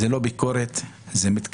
זו לא ביקורת, זו מתקפה.